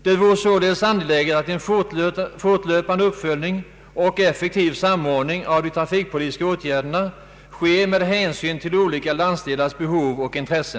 Det vore således angeläget att en fortlöpande uppföljning och effektiv samordning av de trafikpolitiska åtgärderna sker med hänsyn till olika landsdelars behov och intressen.